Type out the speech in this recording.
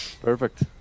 Perfect